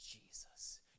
Jesus